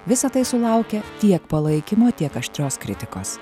visa tai sulaukia tiek palaikymo tiek aštrios kritikos